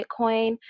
Bitcoin